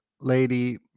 lady